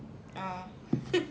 ah